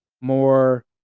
more